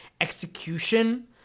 execution